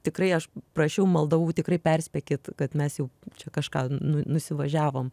tikrai aš prašiau maldavau tikrai perspėkit kad mes jau čia kažką nu nusivažiavom